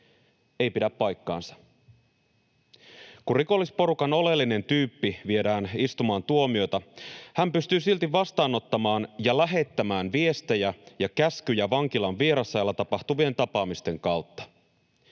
Ei pidä paikkaansa. Kun rikollisporukan oleellinen tyyppi viedään istumaan tuomiota, hän pystyy silti vastaanottamaan ja lähettämään viestejä ja käskyjä vankilan vierasajalla tapahtuvien tapaamisten kautta.